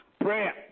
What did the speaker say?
prayer